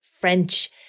French